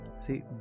see